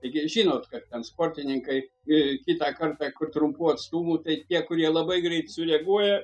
taigi žinot kad ten sportininkai e kitą kartą kur trumpų atstumų tai tie kurie labai greit sureaguoja